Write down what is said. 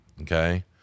Okay